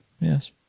Yes